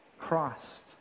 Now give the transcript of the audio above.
Christ